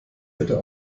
bitte